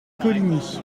coligny